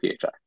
PHI